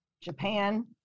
Japan